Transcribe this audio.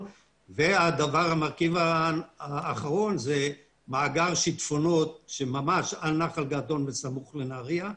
המרכיב האחרון הוא מאגר שיטפונות ממש על נחל געתון בסמוך לנהריה.